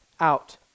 out